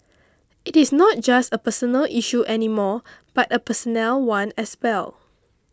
it is not just a personal issue any more but a personnel one as well